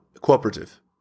cooperative